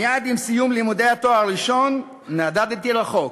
מייד עם סיום לימודי התואר הראשון נדדתי רחוק.